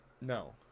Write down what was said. No